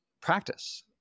practice